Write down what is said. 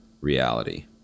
reality